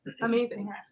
Amazing